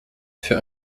für